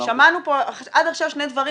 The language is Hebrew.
שמענו פה עד עכשיו שני דברים,